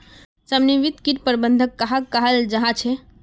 समन्वित किट प्रबंधन कहाक कहाल जाहा झे?